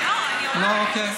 לא מועד אחר.